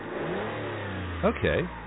Okay